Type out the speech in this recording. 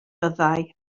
fyddai